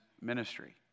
ministry